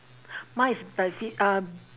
mine is bife~ um